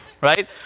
right